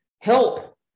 help